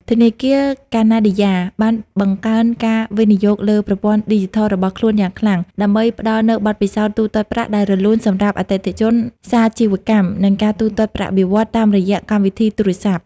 ធនាគារកាណាឌីយ៉ា (Canadia )បានបង្កើនការវិនិយោគលើប្រព័ន្ធឌីជីថលរបស់ខ្លួនយ៉ាងខ្លាំង ដើម្បីផ្ដល់នូវបទពិសោធន៍ទូទាត់ប្រាក់ដែលរលូនសម្រាប់អតិថិជនសាជីវកម្ម និងការទូទាត់ប្រាក់បៀវត្សរ៍តាមរយៈកម្មវិធីទូរស័ព្ទ។